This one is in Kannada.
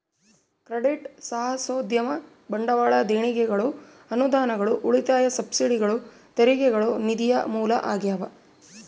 ಕ್ರೆಡಿಟ್ ಸಾಹಸೋದ್ಯಮ ಬಂಡವಾಳ ದೇಣಿಗೆಗಳು ಅನುದಾನಗಳು ಉಳಿತಾಯ ಸಬ್ಸಿಡಿಗಳು ತೆರಿಗೆಗಳು ನಿಧಿಯ ಮೂಲ ಆಗ್ಯಾವ